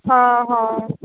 ਹਾਂ ਹਾਂ